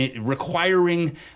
requiring